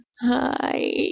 hi